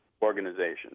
Organization